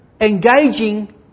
engaging